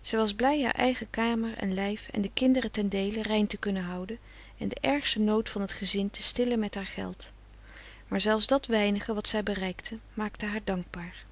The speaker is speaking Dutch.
zij was blij haar eigen kamer en lijf en de kinderen ten deele rein te kunnen houden en den ergsten nood van t gezin te stillen met haar geld maar zelfs dat weinige wat zij bereikte maakte haar dankbaar